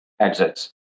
exits